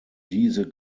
diese